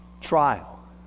trial